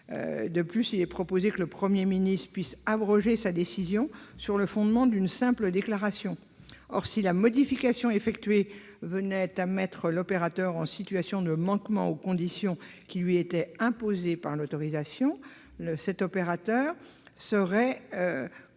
De plus, il est proposé que le Premier ministre puisse abroger sa décision sur le fondement d'une simple déclaration. Or, si la modification effectuée venait à mettre l'opérateur en situation de manquement aux conditions qui lui étaient imposées par l'autorisation, il serait quoi qu'il